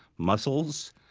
mussels,